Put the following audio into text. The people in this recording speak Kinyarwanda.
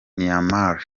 myanmar